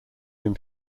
him